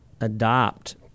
adopt